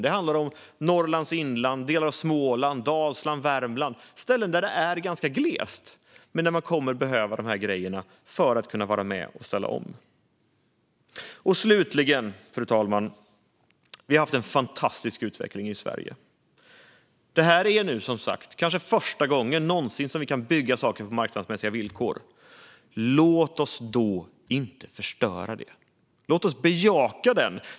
Det handlar om Norrlands inland, delar av Småland, Dalsland, Värmland - ställen där det är ganska glest, men där man kommer att behöva de här grejerna för att kunna vara med och ställa om. Slutligen, fru talman, har vi haft en fantastisk utveckling i Sverige. Det här är som sagt kanske första gången någonsin som vi kan bygga saker på marknadsmässiga villkor. Låt oss då inte förstöra det, utan låt oss bejaka det.